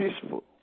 peaceful